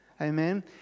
amen